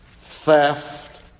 theft